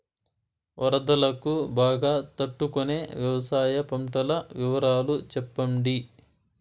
వరదలకు బాగా తట్టు కొనే వ్యవసాయ పంటల వివరాలు చెప్పండి?